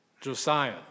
Josiah